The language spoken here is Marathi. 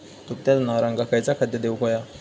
दुभत्या जनावरांका खयचा खाद्य देऊक व्हया?